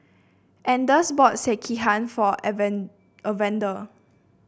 Anders bought Sekihan for Evander